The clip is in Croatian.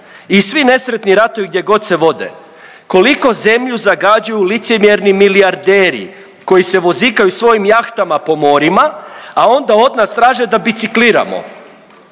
i svi nesretni ratovi gdje god se vode? Koliko zemlju zagađuju licemjerni milijarderi koji se vozikaju svojim jahtama po morima, a onda od nas traže da bicikliramo